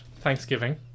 Thanksgiving